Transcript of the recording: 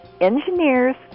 engineers